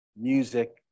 music